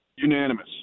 Unanimous